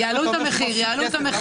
יעלו את המחיר.